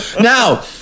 Now